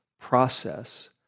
process